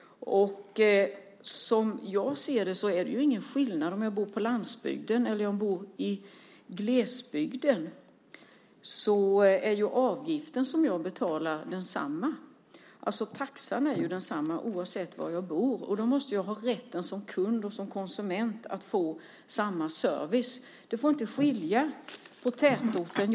Som jag ser det är det ingen skillnad om jag bor på landsbygden eller i glesbygden - den taxa som jag betalar är densamma oavsett var jag bor. Då måste jag som kund och konsument ha rätt att få samma service som i tätorten. Det får inte vara någon skillnad.